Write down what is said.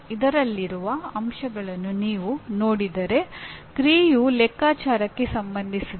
ಇದರಲ್ಲಿರುವ ಅಂಶಗಳನ್ನು ನೀವು ನೋಡಿದರೆ ಕ್ರಿಯೆಯು ಲೆಕ್ಕಾಚಾರಕ್ಕೆ ಸಂಬಂಧಿಸಿದೆ